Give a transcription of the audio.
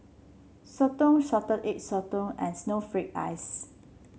Soto Salted Egg Sotong and Snowflake Ice